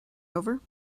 over